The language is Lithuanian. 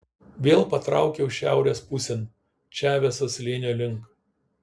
vėl patraukiau šiaurės pusėn čaveso slėnio link